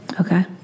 Okay